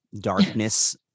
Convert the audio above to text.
darkness